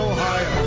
Ohio